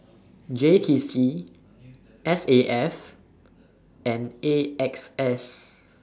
J T C S A F and A X S